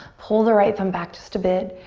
pull the right thumb back just a bit,